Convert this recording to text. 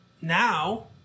Now